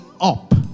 up